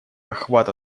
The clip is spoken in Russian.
охвата